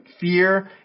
fear